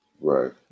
Right